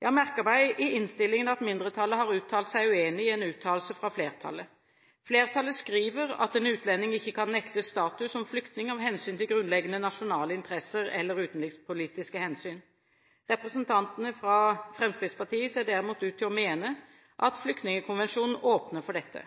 Jeg har merket meg i innstillingen at mindretallet har sagt seg uenig i en uttalelse fra flertallet. Flertallet skriver at en utlending ikke kan nektes status som flyktning av hensyn til grunnleggende nasjonale interesser eller utenrikspolitiske hensyn. Representantene fra Fremskrittspartiet ser derimot ut til å mene at Flyktningkonvensjonen åpner for dette.